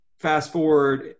fast-forward